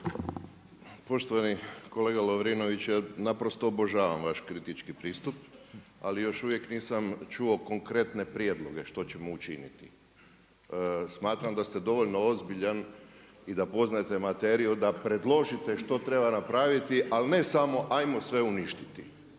Poštovani kolega Lovrinovića, ja naprosto obožavam vaš kritički pristup, ali još uvijek nisam čuo konkretne prijedloge što ćemo učiniti. Smatram da ste dovoljno ozbiljan i da poznajete materiju, da predložite što treba napraviti, ali ne samo, ajmo sve uništiti.